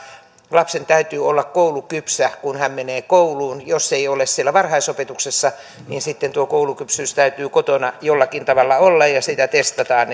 lapsen täytyy olla koulukypsä kun hän menee kouluun jos lapsi ei ole siellä varhaisopetuksessa niin sitten tuo koulukypsyys täytyy kotona jollakin tavalla olla ja sitä testataan